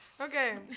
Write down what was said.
Okay